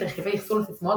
רכיבי אחסון לסיסמאות,